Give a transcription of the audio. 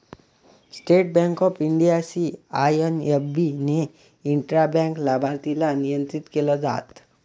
state Bank of India, CIMB ने intra bank लाभार्थीला नियंत्रित केलं जात